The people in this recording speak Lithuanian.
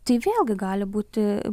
tai vėlgi gali būti